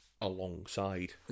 alongside